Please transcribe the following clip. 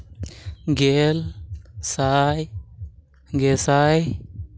ᱜᱮᱞ ᱥᱟᱭ ᱜᱮᱥᱟᱭ